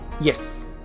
Yes